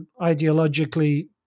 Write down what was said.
ideologically